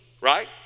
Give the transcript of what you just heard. Right